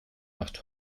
macht